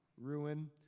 ruin